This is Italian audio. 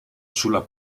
sulla